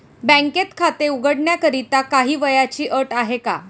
बँकेत खाते उघडण्याकरिता काही वयाची अट आहे का?